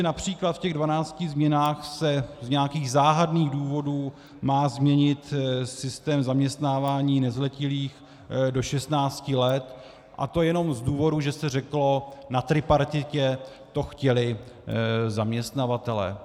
Například v těch dvanácti změnách se z nějakých záhadných důvodů má změnit systém zaměstnávání nezletilých do 16 let, a to jenom z důvodu, že se řeklo na tripartitě, že to chtěli zaměstnavatelé.